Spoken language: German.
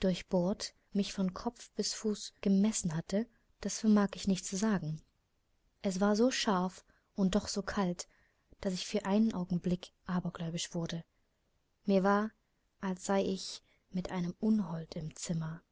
durchbohrt mich von kopf bis zu fuß gemessen hatte das vermag ich nicht zu sagen es war so scharf und doch so kalt daß ich für den augenblick abergläubisch wurde mir war als sei ich mit einem unhold im zimmer